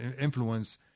influence